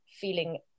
feeling